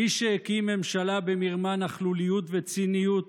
מי שהקים ממשלה במרמה, בנכלוליות וציניות